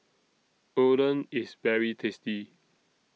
Oden IS very tasty